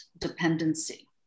dependency